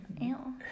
Ew